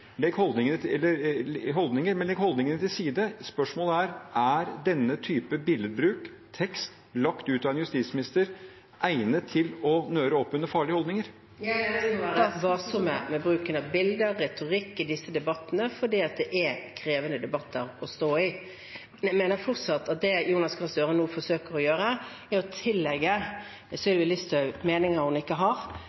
Men legg holdningene til side. Spørsmålet er: Er denne type billedbruk og tekst, lagt ut av en justisminister, egnet til å nøre opp under farlige holdninger? Jeg mener vi må være varsomme med bruken av bilder og retorikk i disse debattene, for det er krevende debatter å stå i. Men jeg mener fortsatt at det Jonas Gahr Støre nå forsøker å gjøre, er å tillegge